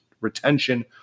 retention